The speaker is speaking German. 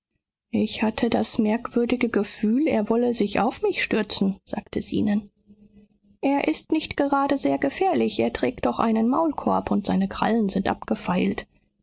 ich hatte das merkwürdige gefühl er wolle sich auf mich stürzen sagte zenon er ist nicht gerade sehr gefährlich er trägt doch einen maulkorb und seine krallen sind abgefeilt